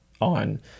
on